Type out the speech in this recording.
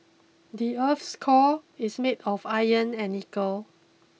the earth's core is made of iron and nickel